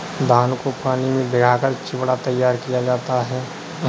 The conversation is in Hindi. धान को पानी में भिगाकर चिवड़ा तैयार किया जाता है